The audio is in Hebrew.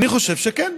אני חושב שכן.